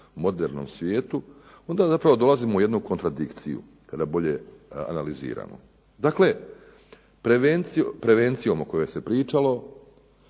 modernom svijetu, onda zapravo dolazimo u jednu kontradikciju, kada bolje analiziramo. Dakle, prevencijom o kojoj se pričalo